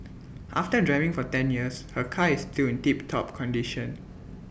after driving for ten years her car is still in tiptop condition